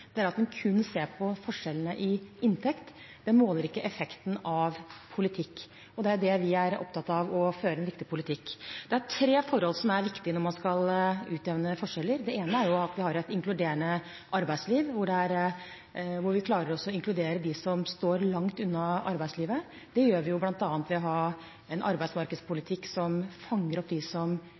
er at en kun ser på forskjellene i inntekt. Det måler ikke effekten av politikk, og det er det vi er opptatt av: å føre en riktig politikk. Det er tre forhold som er viktige når man skal utjevne forskjeller: Det ene er at vi har et inkluderende arbeidsliv hvor vi klarer å inkludere dem som står langt unna arbeidslivet. Det gjør vi bl.a. ved å ha en arbeidsmarkedspolitikk som fanger opp dem som